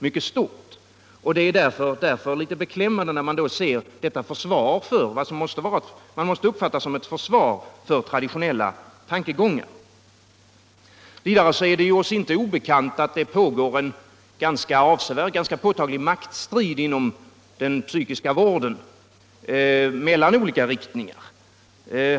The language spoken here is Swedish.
Det är därför litet beklämmande att se vad man måste uppfatta som ett försvar för traditionella tankegångar. Vidare är det oss inte obekant att det pågår en ganska påtaglig maktstrid mellan olika riktningar inom den psykiska vården.